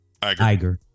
Iger